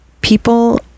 people